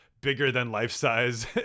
bigger-than-life-size